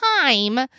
time